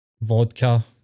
vodka